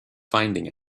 finding